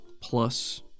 plus